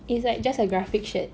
it's like just a graphic shirt